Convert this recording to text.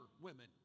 women